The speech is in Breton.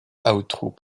aotrou